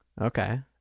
Okay